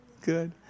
Good